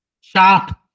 shop